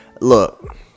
look